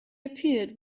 appeared